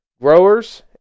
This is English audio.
Growers